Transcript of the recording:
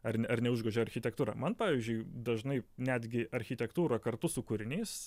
ar ne ar neužgožia architektūra man pavyzdžiui dažnai netgi architektūrą kartu su kūriniais